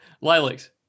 Lilacs